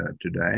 today